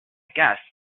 guess